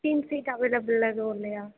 seat அவைலபிள்லாம் எதுவும் இல்லையா